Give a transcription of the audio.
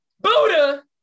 Buddha